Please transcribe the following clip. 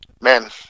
man